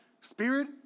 Spirit